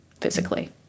physically